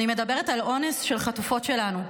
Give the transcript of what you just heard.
אני מדברת על אונס של חטופות שלנו,